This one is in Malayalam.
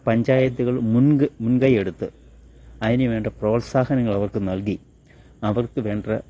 പഞ്ചായത്തുകൾ മുൻങ്ക് മുൻകൈയ്യെടുത്ത് അതിനു വേണ്ട പ്രോത്സാഹനങ്ങളവർക്കു നൽകി അവർക്കു വേണ്ട